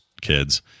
kids